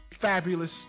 fabulous